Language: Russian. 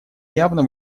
явно